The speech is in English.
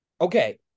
Okay